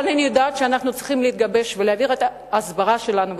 אבל אני יודעת שאנחנו צריכים להתגבש ולהעביר את ההסברה שלנו,